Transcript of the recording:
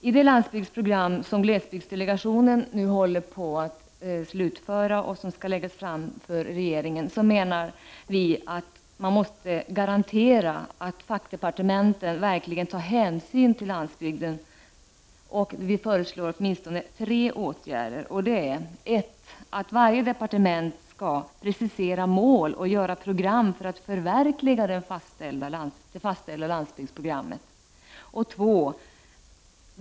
I det landsbygdsprogram som glesbygdsdelegationen nu håller på att slutföra och som skall läggas fram för regeringen, menar vi att man måste ”garantera” att fackdepartementen verkligen tar hänsyn till landsbygden, och vi föreslår åtminstone tre åtgärder: 1. Varje departement skall precisera mål och göra program för att förverkliga det fastställda landsbygdsprogrammet. 2.